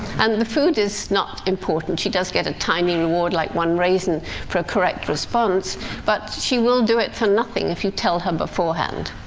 and the food is not important she does get a tiny reward, like one raisin for a correct response but she will do it for nothing, if you tell her beforehand.